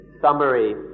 summary